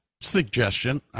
suggestion